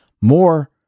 more